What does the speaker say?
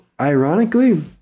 ironically